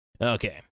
okay